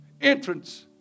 entrance